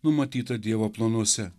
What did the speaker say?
numatytą dievo planuose